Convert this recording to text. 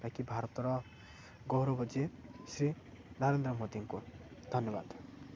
ତା କି ଭାରତର ଗୌରବ ଯିଏ ଶ୍ରୀ ନରେନ୍ଦ୍ର ମୋଦିଙ୍କୁ ଧନ୍ୟବାଦ